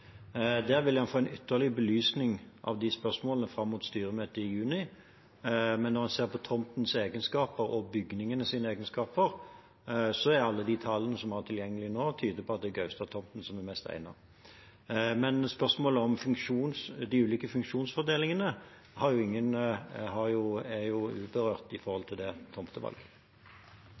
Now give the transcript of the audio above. få en ytterligere belysning av de spørsmålene fram mot styremøtet i juni. Men når en ser på tomtens og bygningenes egenskaper, tyder alle de tallene vi har tilgjengelig nå, på at det er Gaustad-tomten som er best egnet. Men spørsmålet om de ulike funksjonsfordelingene er uberørt når det gjelder tomtevalget. Dette spørsmålet er trukket tilbake. «På et sykehjem i